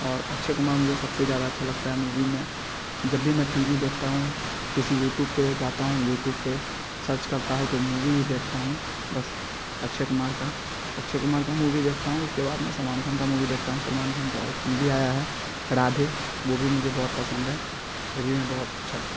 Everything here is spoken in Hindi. और अक्षय कुमार मुझे सबसे ज़्यादा अच्छा लगता है मूवी में जब भी मैं टी वी देखता हूँ किसी यूट्यूब पे जाता हूँ यूट्यूब पे सर्च करता हूँ तो मूवी देखता हूँ बस अक्षय कुमार का अक्षय कुमार का मूवी देखता हूँ इसके बाद में सलमान खान का मूवी देखता हूँ सलमान खान का एक मूवी आया है राधे वो भी मुझे बहुत पसंद है वो भी हमें बहुत अच्छा